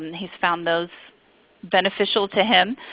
he's found those beneficial to him.